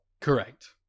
Correct